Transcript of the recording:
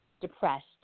depressed